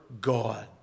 God